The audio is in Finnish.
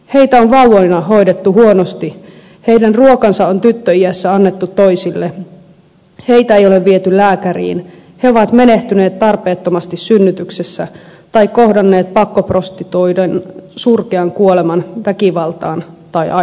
heitä on vauvoina hoidettu huonosti heidän ruokansa on tyttöiässä annettu toisille heitä ei ole viety lääkäriin he ovat menehtyneet tarpeettomasti synnytyksessä tai kohdanneet pakkoprostituoidun surkean kuoleman väkivaltaan tai aidsiin